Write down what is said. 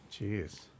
Jeez